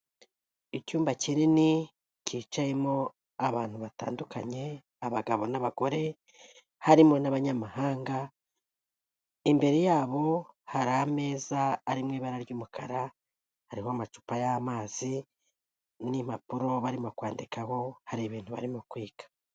Icyumba kinini kicayemo abantu batandukanye, abagabo n'abagore, harimo n'abanyamahanga, imbere yabo hari ameza arimo ibara ry'umukara, harimo amacupa y'amazi n'impapuro barimo kwandikaho, hari ibintu barimo kwiga.